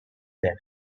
death